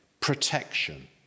protection